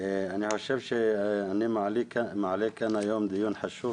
אני חושב שאני מעלה כאן היום דיון חשוב